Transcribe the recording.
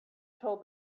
told